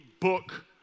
book